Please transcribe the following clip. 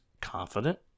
confident